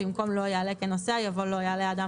במקום "לא יעלה כנוסע" יבוא "לא יעלה אדם